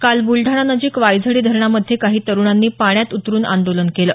काल ब्लडाणा नजिक वायझडी धरणामध्ये काही तरुणांनी पाण्यात उतरुन आंदोलन केलं